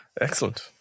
excellent